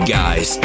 guys